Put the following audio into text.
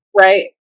right